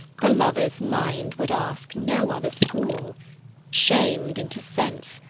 the lover's mind would ask no other school shamed into sense,